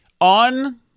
On